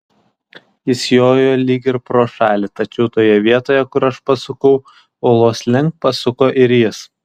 jis jojo lyg ir pro šalį tačiau toje vietoje kur aš pasukau uolos link pasuko ir jis